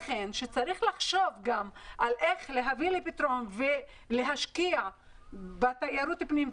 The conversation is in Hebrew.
לכן צריך לחשוב איך להביא לפתרון ולהשקיע בתיירות פנים.